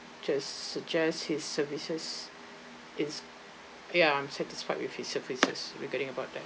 just suggest his services is ya I'm satisfied with his services regarding about that